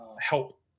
help